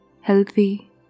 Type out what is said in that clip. healthy